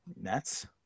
Nets